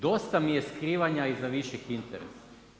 Dosta mi je skrivanja iza viših interesa.